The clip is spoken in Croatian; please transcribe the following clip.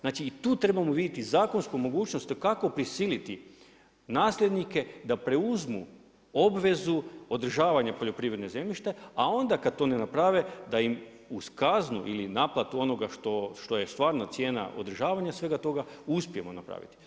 Znači i tu trebamo vidjeti zakonsku mogućnost kako prisiliti nasljednike da preuzmu obvezu održavanje poljoprivredne zemljište, a onda kad to ne naprave, da im uz kaznu ili naplatu onoga što je stvarno cijena održavanja svega toga, uspijemo napraviti.